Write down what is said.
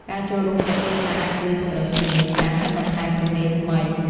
ការចូលរួមវគ្គសិក្សាអាចជួយពង្រឹងជំនាញចាស់ និងបន្ថែមជំនាញថ្មី។